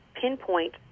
pinpoint